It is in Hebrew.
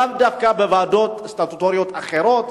לאו דווקא בוועדות סטטוטוריות אחרות,